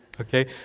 okay